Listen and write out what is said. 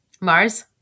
Mars